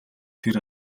тэр